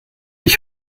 ich